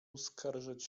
uskarżać